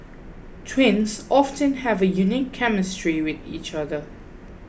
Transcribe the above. twins often have a unique chemistry with each other